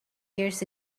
years